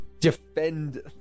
defend